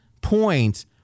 points